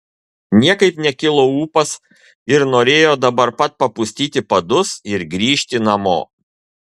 niekaip nekilo ūpas ir norėjo dabar pat papustyti padus ir grįžti namo